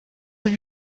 have